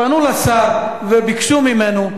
פנו לשר וביקשו ממנו,